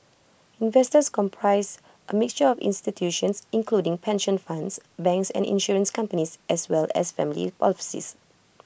investors comprise A mixture of institutions including pension funds banks and insurance companies as well as family offices